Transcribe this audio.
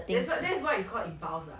that's what that's what you call impulse [what]